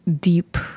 deep